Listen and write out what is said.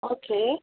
okay